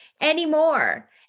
anymore